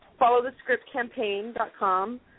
followthescriptcampaign.com